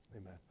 amen